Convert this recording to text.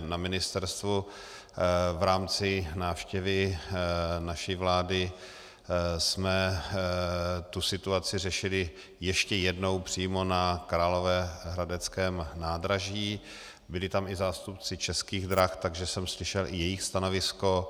V rámci návštěvy naší vlády jsme tu situaci řešili ještě jednou přímo na královéhradeckém nádraží, byli tam i zástupci Českých drah, takže jsem slyšel i jejich stanovisko.